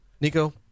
Nico